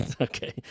okay